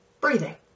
breathing